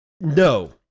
No